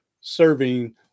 serving